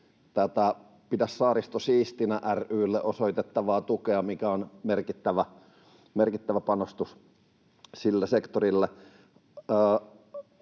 tätä Pidä Saaristo Siistinä ry:lle osoitettavaa tukea, mikä on merkittävä panostus sille sektorille.